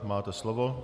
Máte slovo.